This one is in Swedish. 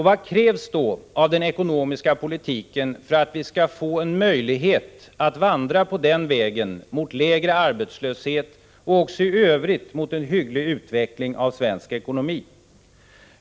Vad krävs då av den ekonomiska politiken för att vi skall få en möjlighet att vandra på den vägen, mot lägre arbetslöshet och mot en i övrigt hygglig utveckling av svensk ekonomi?